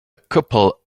couple